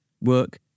work